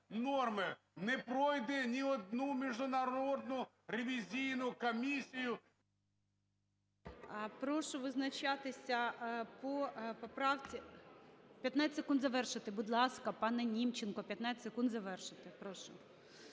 Не пройде ні одну міжнародну ревізійну комісію… ГОЛОВУЮЧИЙ. Прошу визначатися по поправці… 15 секунд, завершити, будь ласка. Пане Німченко, 15 секунд, завершуйте, прошу.